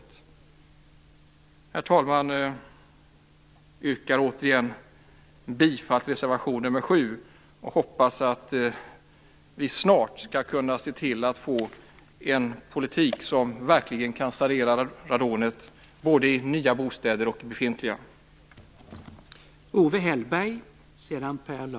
Herr talman! Jag yrkar återigen bifall till reservation nr 7 och hoppas att vi snart skall kunna se till att få en politik som verkligen kan sanera radonet både i nya och befintliga bostäder.